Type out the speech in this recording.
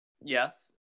Yes